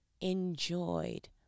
enjoyed